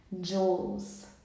Jewels